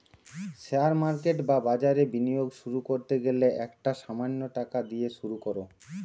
share market বা বাজারে বিনিয়োগ শুরু করতে গেলে একটা সামান্য টাকা দিয়ে শুরু করো